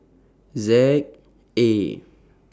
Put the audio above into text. Z A